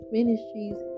Ministries